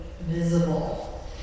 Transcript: visible